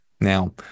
Now